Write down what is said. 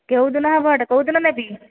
କେଉଁ ଦିନ ହେବ ଏଇଟା କେଉଁ ଦିନ ନେବି